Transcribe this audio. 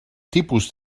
tipus